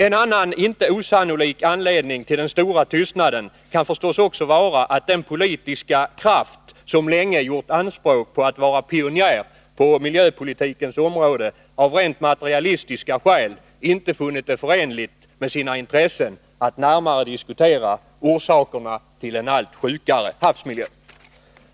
En annan inte osannolik anledning till den stora tystnaden kan förstås också vara att den politiska kraft, som länge gjort anspråk på att vara pionjär på miljöpolitikens område, av rent materialistiska skäl inte funnit det förenligt med sina intressen att närmare diskutera orsakerna till en allt sjukare havsmiljö.